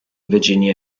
virginia